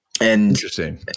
Interesting